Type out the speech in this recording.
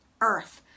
earth